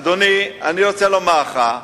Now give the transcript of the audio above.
אדוני, אני רוצה לומר לך,